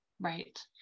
Right